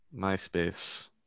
Myspace